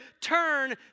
turn